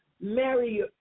marry